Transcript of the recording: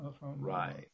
Right